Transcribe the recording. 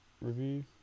review